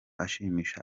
ashimisha